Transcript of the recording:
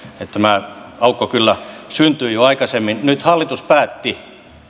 että tämä aukko kyllä syntyi jo aikaisemmin nyt hallitus päätti